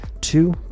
Two